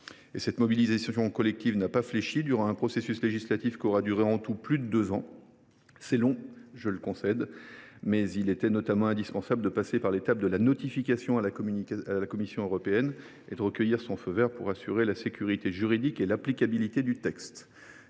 Cette mobilisation collective n’a pas fléchi durant un processus législatif qui aura duré en tout plus de deux ans. C’est long, je le concède, mais il était notamment indispensable de passer par l’étape de la notification à la Commission européenne et de recueillir son feu vert pour assurer la sécurité juridique et l’applicabilité du texte.